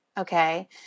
okay